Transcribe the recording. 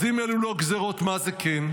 אז אם אלו לא גזרות, מה זה כן?